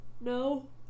No